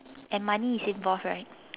and money is involved right